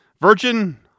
Virgin